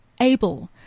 able